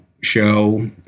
show